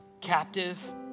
captive